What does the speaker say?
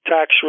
tax